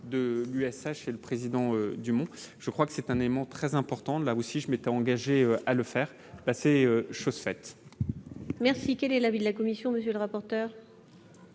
de l'USH et le président du monde, je crois que c'est un élément très important de la aussi je m'étais engagé à le faire, ben c'est chose faite. Merci, quel est l'avis de la commission, monsieur le rapporteur.